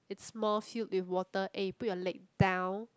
it's more filled with water eh put your leg down